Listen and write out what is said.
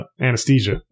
anesthesia